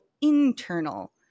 internal